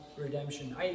redemption